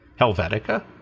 Helvetica